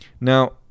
Now